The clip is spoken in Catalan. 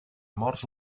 morts